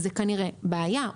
זו כנראה בעיה.